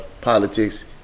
politics